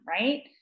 right